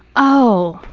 oh,